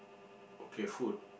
okay food